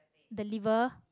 the liver